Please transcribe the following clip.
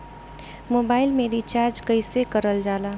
Mobile में recharge कइसे करल जाला?